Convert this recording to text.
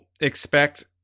expect